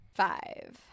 five